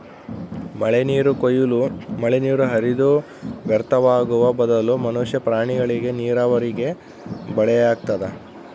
ಮಳೆನೀರು ಕೊಯ್ಲು ಮಳೆನೀರು ಹರಿದು ವ್ಯರ್ಥವಾಗುವ ಬದಲು ಮನುಷ್ಯ ಪ್ರಾಣಿಗಳಿಗೆ ನೀರಾವರಿಗೆ ಬಳಕೆಯಾಗ್ತದ